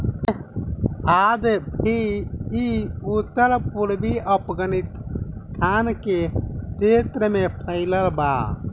आज भी इ उत्तर पूर्वी अफगानिस्तान के क्षेत्र में फइलल बा